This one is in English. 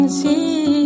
see